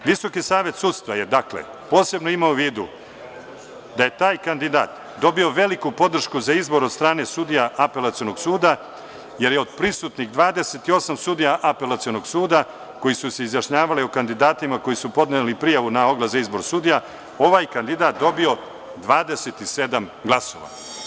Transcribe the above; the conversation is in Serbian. Dakle, VSS je posebno imao u vidu da je taj kandidat dobio veliku podršku za izbor od strane sudija Apelacionog suda, jer je od prisutnih 28 sudija Apelacionog suda, koji su se izjašnjavali o kandidatima koji su podneli prijavu na oglas za izbor sudija, ovaj kandidat dobio 27 glasova.